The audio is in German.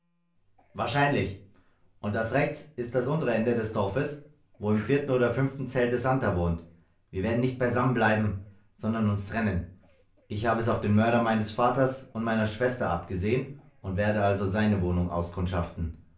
wahrscheinlich und da rechts ist das untere ende des dorfes wo im vierten oder fünften zelte santer wohnt wir werden nicht beisammen bleiben sondern uns trennen ich habe es auf den mörder meines vaters und meiner schwester abgesehen und werde also seine wohnung auskundschaften